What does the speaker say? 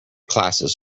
classes